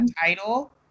title